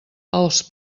els